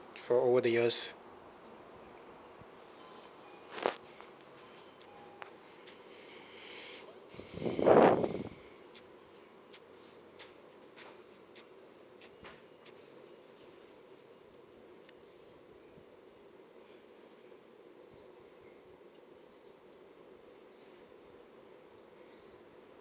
for over the years